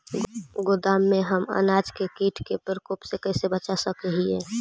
गोदाम में हम अनाज के किट के प्रकोप से कैसे बचा सक हिय?